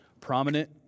Prominent